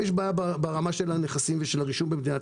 אם יש בעיה ברמה של הנכסים ושל הרישום במדינת